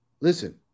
Listen